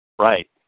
Right